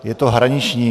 Je to hraniční.